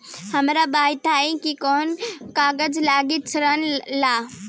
हमरा बताई कि कौन कागज लागी ऋण ला?